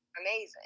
amazing